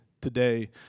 today